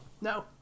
No